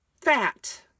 fat